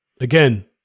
again